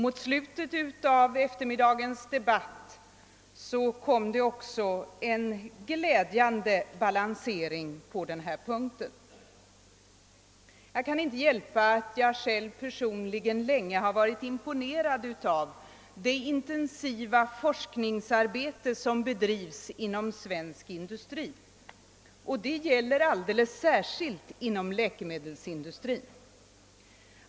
Mot slutet av eftermiddagens debatt gjordes också en glädjande balansering. Jag har själv länge varit imponerad av det intensiva forskningsarbete som bedrivits inom svensk industri. Detta gäller alldeles särskilt läkemedelsindustrin.